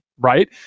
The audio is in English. right